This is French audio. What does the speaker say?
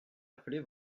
appeler